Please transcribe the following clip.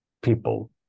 people